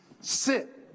sit